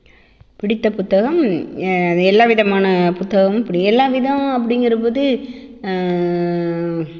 பிடித்த புத்தகம் எல்லா விதமான புத்தகமும் பிடிக்கும் எல்லா விதம் அப்படிங்குற போது